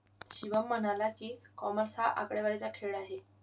शिवम म्हणाला की, कॉमर्स हा आकडेवारीचा खेळ आहे